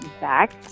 back